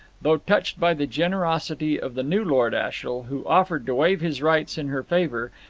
though touched by the generosity of the new lord ashiel, who offered to waive his rights in her favour,